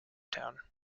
town